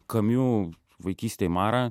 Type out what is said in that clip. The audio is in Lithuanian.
camus vaikystėj marą